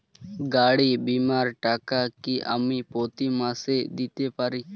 গাড়ী বীমার টাকা কি আমি প্রতি মাসে দিতে পারি?